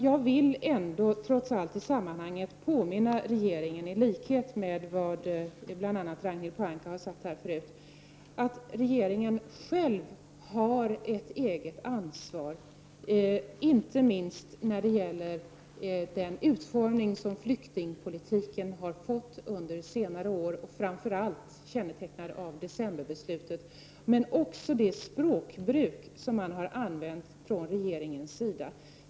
Jag vill trots allt i sammanhanget påminna regeringen, i likhet med vad Ragnhild Pohanka sade förut, att regeringen själv har ett eget ansvar, inte minst när det gäller den utformning som flyktingpolitiken har fått under senare år och som kännetecknas av decemberbeslutet men också av språkbruket från regeringens sida.